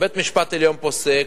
בית-המשפט העליון פוסק,